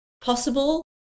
Possible